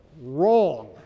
wrong